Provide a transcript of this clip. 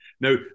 Now